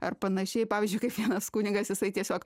ar panašiai pavyzdžiui kaip vienas kunigas jisai tiesiog